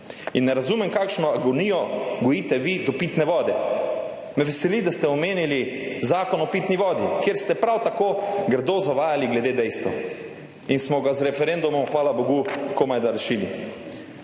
In ne razumem, kakšno agonijo gojite vi do pitne vode. Me veseli, da ste omenili Zakon o pitni vodi, kjer ste prav tako grdo zavajali glede dejstev in smo ga z referendumom, hvala bogu, komajda rešili.